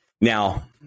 Now